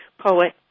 Poet